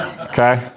Okay